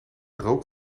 rook